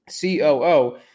COO